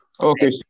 okay